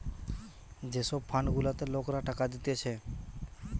যে সব ফান্ড গুলাতে লোকরা টাকা দিতেছে